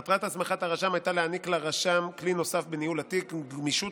מטרת הסמכת הרשם הייתה להעניק לרשם כלי נוסף בניהול התיק עם גמישות